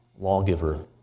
lawgiver